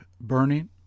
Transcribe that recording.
burning